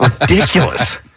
Ridiculous